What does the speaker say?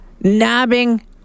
nabbing